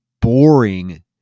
boring